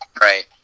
right